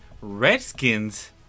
Redskins